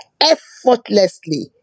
effortlessly